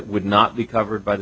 would not be covered by the